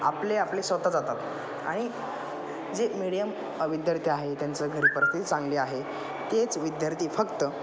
आपले आपले स्वतः जातात आणि जे मीडियम विद्यार्थी आहे त्यांचं घरी परिस्थिती चांगली आहे तेच विद्यार्थी फक्त